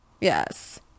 Yes